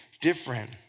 different